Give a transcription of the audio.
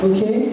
Okay